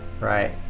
right